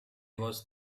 was